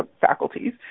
faculties